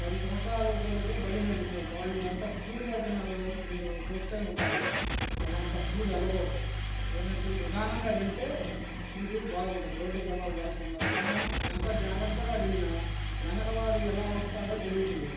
పది సంవత్సరాలు గోళ్ళకి బండి నడుపుతున్నాడు వాళ్ళు ఎంత స్పీడ్ వెళ్తున్నారో మీరు చూస్తే ఉంటారు వాళ్ళంత స్పీడ్ వెళ్ళకూడదు ఏందంటే నిదానంగా వెళ్తే మీకు బాగుంటుంది రోడ్డు ప్రమాదం జరగకుండా మనం ఎంత జాగ్రత్తగా వెళ్ళినా ఎనక వాడు ఎలా వస్తాడో తెలియట్లేదు